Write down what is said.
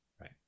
Right